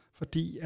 fordi